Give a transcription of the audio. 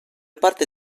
parte